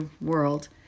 world